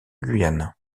guyane